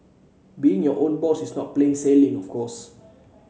being your own boss is not always plain sailing of course